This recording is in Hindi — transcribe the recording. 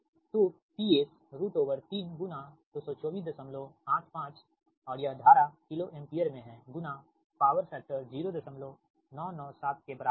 तो PS 3 22485 और यह धारा किलो एम्पीयर में है गुणा पॉवर फैक्टर 0997 के बराबर है